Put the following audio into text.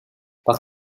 par